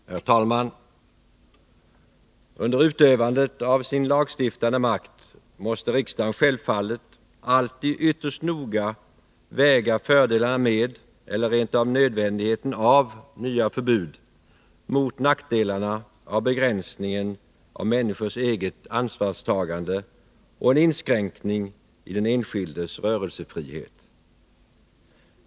Herr talman! Under utövandet av sin lagstiftande makt måste riksdagen självfallet alltid ytterst noga väga fördelarna med eller rent av nödvändigheten av nya förbud mot nackdelarna av begränsningen av människors eget ansvarstagande och en inskränkning i den enskildes rörelsefrihet.